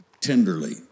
tenderly